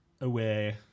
away